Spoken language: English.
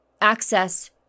access